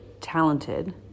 talented